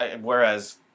whereas